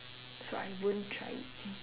so I wouldn't try it